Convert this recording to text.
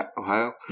Ohio